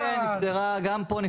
בסדר גמור, אנחנו נעדכן היום.